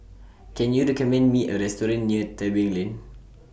Can YOU recommend Me A Restaurant near Tebing Lane